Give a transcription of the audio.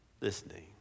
listening